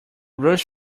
rush